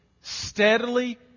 steadily